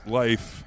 life